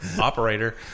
operator